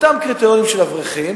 אותם קריטריונים של אברכים